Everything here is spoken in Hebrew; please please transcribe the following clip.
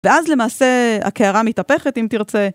ואז למעשה הכערה מתהפכת אם תרצה.